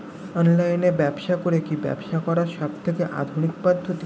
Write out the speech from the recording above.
Online ব্যবসা করে কি ব্যবসা করার সবথেকে আধুনিক পদ্ধতি?